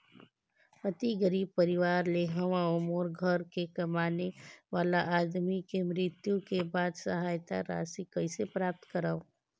अति गरीब परवार ले हवं मोर घर के कमाने वाला आदमी के मृत्यु के बाद सहायता राशि कइसे प्राप्त करव?